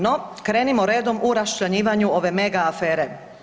No, krenimo redom u raščlanjivanju ove mega afere.